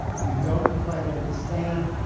you don't quite understand,